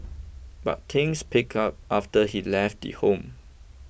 but things picked up after he left the home